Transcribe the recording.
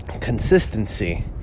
consistency